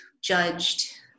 judged